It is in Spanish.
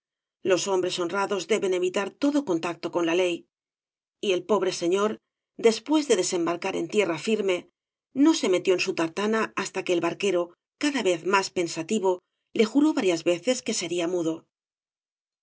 los hombres honrados deben evitar todo contacto con la ley y el pobre señor después de desembarcar en tierra firme no se metió en su tartana hasta que el barquero cada vez más pensativo le juró varias veces que sería mudo cuando